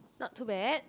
not too bad